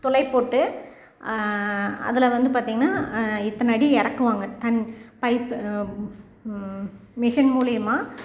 துளை போட்டு அதில் வந்து பார்த்தீங்கன்னா இத்தனை அடி இறக்குவாங்க தண் பைப்பு மிஷின் மூலிமா